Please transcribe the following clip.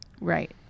Right